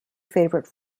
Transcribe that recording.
favourite